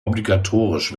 obligatorisch